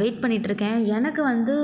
wait பண்ணிகிட்டு இருக்கேன் எனக்கு வந்து